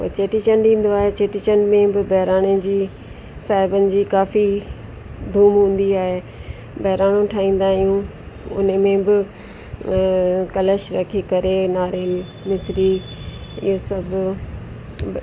पोइ चेटीचंडु ईंदो आहे चेटीचंड में बि बहिराणे जी साहिबनि जी काफ़ी धूम हूंदी आहे बहिराणो ठाहींदा आहियूं उन में बि कलश रखी करे नारियल मिसरी इहे सभु